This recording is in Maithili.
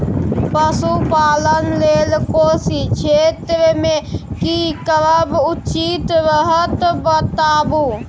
पशुपालन लेल कोशी क्षेत्र मे की करब उचित रहत बताबू?